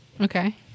Okay